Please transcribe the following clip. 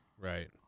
Right